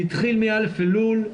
זה התחיל מ-א' אלול,